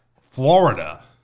Florida